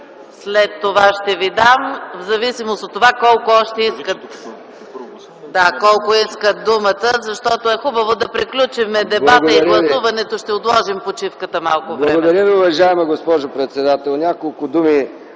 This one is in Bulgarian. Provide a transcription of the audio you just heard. след това ще Ви я дам, в зависимост от това колко още искат думата. Защото е хубаво да приключим дебата и гласуването, ще отложим почивката малко. МИХАИЛ МИКОВ (КБ): Благодаря Ви, уважаема госпожо председател – няколко думи